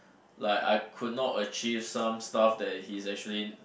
like I could not achieve some stuff that he's actually